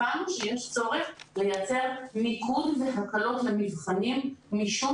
הבנו שיש צורך לייצר מיקוד והקלות למבחנים משום